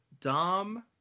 dom